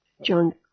John